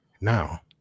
now